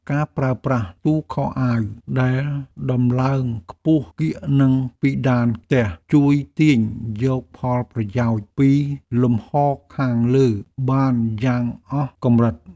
ការប្រើប្រាស់ទូខោអាវដែលដំឡើងខ្ពស់កៀកនឹងពិដានផ្ទះជួយទាញយកផលប្រយោជន៍ពីលំហរខាងលើបានយ៉ាងអស់កម្រិត។